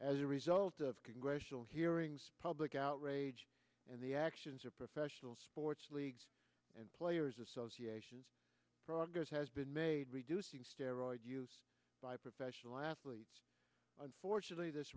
as a result of congressional hearings public outrage and the actions of professional sports leagues and players associations progress has been made reducing steroid use by professional athletes unfortunately this